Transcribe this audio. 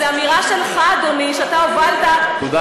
זו אמירה שלך, אדוני, שאתה הובלת, תודה רבה.